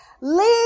Leave